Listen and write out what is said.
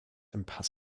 impassable